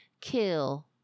Kill